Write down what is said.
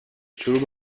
شروع